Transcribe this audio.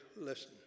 listen